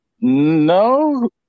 no